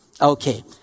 Okay